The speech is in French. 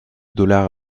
dollars